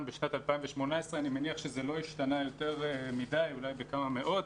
בשנת 2018. אני מניח שזה לא השתנה יותר מדי אלא אולי בכמה מאות.